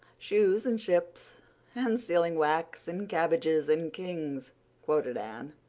shoes and ships and sealing wax and cabbages and kings quoted anne.